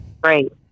great